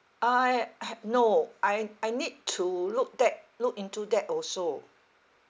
I have no I I need to look that look into that also